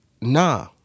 Nah